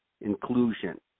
inclusion